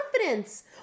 confidence